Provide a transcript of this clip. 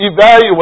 evaluate